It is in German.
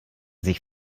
sich